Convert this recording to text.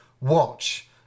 watch